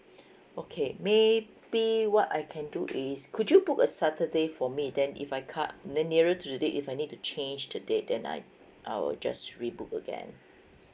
okay maybe what I can do is could you book a saturday for me then if I can't then nearer to the date if I need to change the date then I I will just re book again